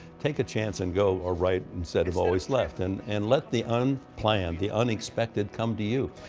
take a chance and go a right instead of always left, and and let the unplanned, the unexpected come to you.